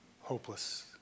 hopeless